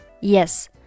Yes